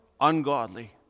ungodly